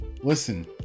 listen